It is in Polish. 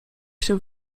się